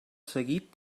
seguit